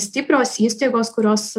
stiprios įstaigos kurios